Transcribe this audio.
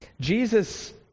Jesus